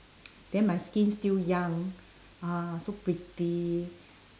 then my skin still young ah so pretty